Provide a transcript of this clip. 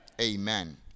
Amen